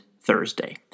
Thursday